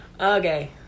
Okay